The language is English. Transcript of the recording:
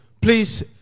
Please